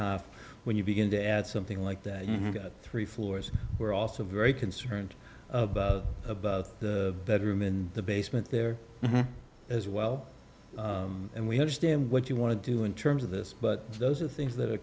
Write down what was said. used when you begin to add something like that you've got three floors we're also very concerned about the bedroom in the basement there as well and we understand what you want to do in terms of this but those are things that are